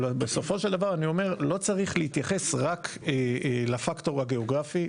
אבל בסופו של דבר אני אומר לא צריך להתייחס רק לפקטור הגיאוגרפי.